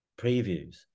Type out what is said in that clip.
previews